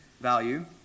value